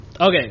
Okay